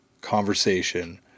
conversation